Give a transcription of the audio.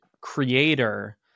creator